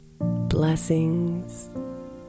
Blessings